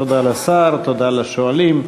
תודה לשר ותודה לשואלים,